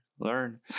learn